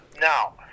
Now